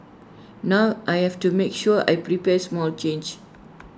now I have to make sure I prepare small change